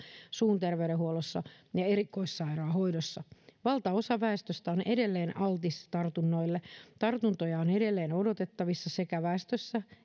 suun terveydenhuollossa ja erikoissairaanhoidossa valtaosa väestöstä on edelleen altis tartunnoille tartuntoja on edelleen odotettavissa sekä väestössä